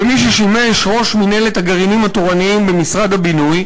ואיש ששימש ראש מינהלת הגרעינים התורניים במשרד הבינוי,